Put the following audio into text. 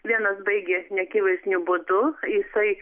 vienas baigė neakivaizdiniu būdu jisai